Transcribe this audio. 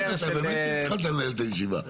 אתה באמת התחלת לנהל את הישיבה.